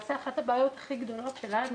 שלמעשה אחת הבעיות הכי גדולות שלנו